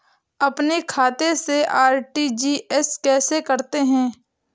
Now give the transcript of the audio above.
अपने खाते से आर.टी.जी.एस कैसे करते हैं?